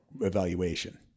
evaluation